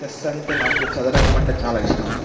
chess అంటే నాకు చదరంగం అంటే చాలా ఇష్టం